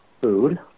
food